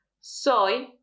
Soy